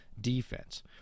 defense